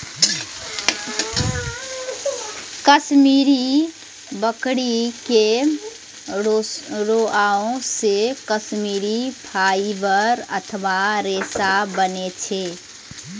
कश्मीरी बकरी के रोआं से कश्मीरी फाइबर अथवा रेशा बनै छै